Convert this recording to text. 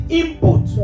input